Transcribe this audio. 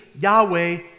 Yahweh